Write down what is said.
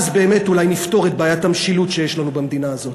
אולי נפתור את בעיית המשילות שיש לנו במדינה הזאת.